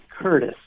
Curtis